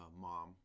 mom